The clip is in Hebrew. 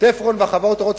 "תפרון" וחברות אחרות,